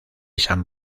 san